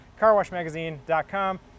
carwashmagazine.com